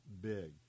big